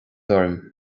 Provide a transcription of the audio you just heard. orm